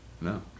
No